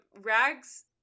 Rags